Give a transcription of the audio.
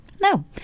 no